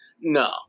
No